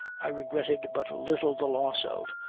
i regretted but little the loss of,